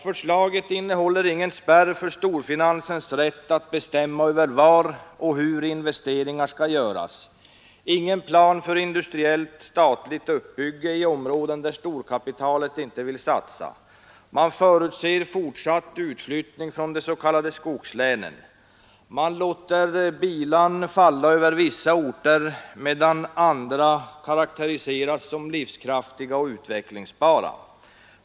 Förslaget innehåller ingen spärr för storfinansens rätt att bestämma över var och hur investeringar skall göras, ingen plan för statligt industriellt uppbygge i områden där storkapitalet inte vill satsa, man förutser fortsatt utflyttning från de s.k. skogslänen, man låter bilan falla över vissa orter, medan andra karakteriseras som livskraftiga och utvecklingsbara.